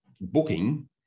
booking